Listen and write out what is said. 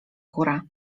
góra